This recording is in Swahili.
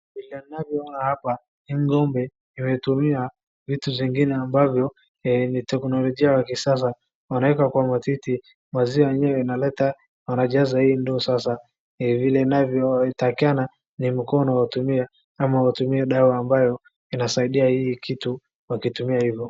Vile ninavyoona hapa hapa hii ng'ombe imetumiwa vitu zingine ambavyo ni teknolojia ya kisasa, wanaweka kwa matiti, maziwa yenyewe inaleta wanajaza hii ndoo sasa vile inavyotakikana ni mkono utumie ama watumie dawa ambayo inasaidia hii kitu wakitumia hivo.